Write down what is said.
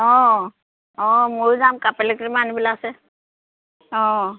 অঁ অঁ ময়ো যাম কাপ প্লেট কেইটামান আনিবলৈ আছে অঁ